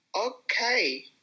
okay